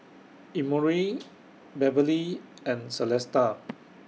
Emory Beverlee and Celesta